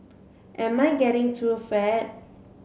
am I getting too fat